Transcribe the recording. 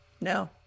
No